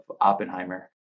Oppenheimer